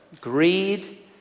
greed